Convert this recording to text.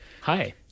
Hi